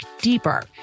deeper